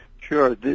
Sure